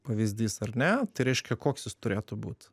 pavyzdys ar ne tai reiškia koks jis turėtų būt